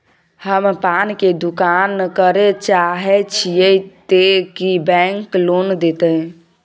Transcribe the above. हम पान के दुकान करे चाहे छिये ते की बैंक लोन देतै?